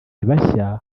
bashya